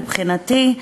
מבחינתי,